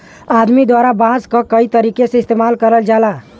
आदमी द्वारा बांस क कई तरीका से इस्तेमाल करल जाला